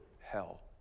hell